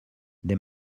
they